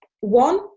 one